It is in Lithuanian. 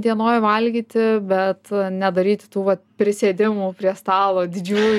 dienoj valgyti bet nedaryti tų vat prisėdimų prie stalo didžiųjų